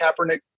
Kaepernick